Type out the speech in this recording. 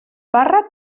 parra